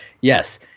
yes